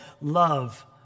love